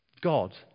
God